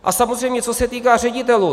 A samozřejmě co se týká ředitelů.